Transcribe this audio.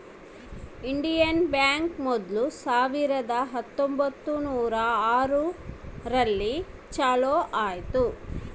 Indian bank ಮೊದ್ಲು ಸಾವಿರದ ಹತ್ತೊಂಬತ್ತುನೂರು ಆರು ರಲ್ಲಿ ಚಾಲೂ ಆಯ್ತು